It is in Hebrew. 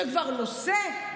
שכבר נושא,